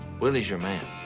willie's your man.